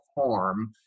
harm